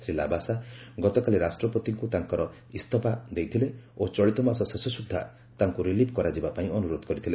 ଶ୍ରୀ ଲାବାସା ଗତକାଲି ରାଷ୍ଟ୍ରପତିଙ୍କୁ ତାଙ୍କର ଇସଫା ଦେଇଥିଲେ ଓ ଚଳିତ ମାସ ଶେଷ ସୁଦ୍ଧା ତାଙ୍କୁ ରିଲିଭ୍ କରାଯିବା ପାଇଁ ଅନୁରୋଧ କରିଥିଲେ